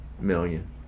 million